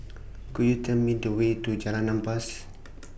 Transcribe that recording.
Could YOU Tell Me The Way to Jalan Ampas